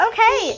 Okay